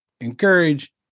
encourage